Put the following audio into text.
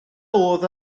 oedd